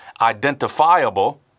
identifiable